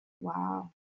Wow